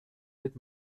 dit